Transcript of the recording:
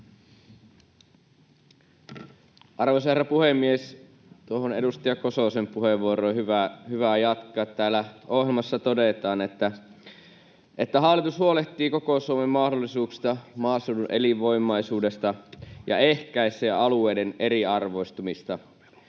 Arvoisa herra puhemies! Tuosta edustaja Kososen puheenvuorosta on hyvä jatkaa. Täällä ohjelmassa todetaan, että hallitus huolehtii koko Suomen mahdollisuuksista, maaseudun elinvoimaisuudesta ja ehkäisee alueiden eriarvoistumista.